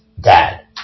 dad